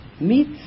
meets